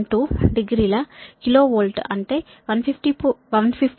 12 డిగ్రీల kilovolt అంటే 152